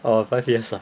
orh five years ah